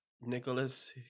Nicholas